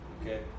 okay